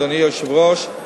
אדוני היושב-ראש,